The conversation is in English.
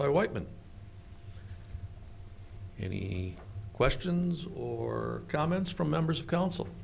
by whiteman any questions or comments from members of council